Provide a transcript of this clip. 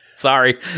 Sorry